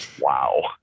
wow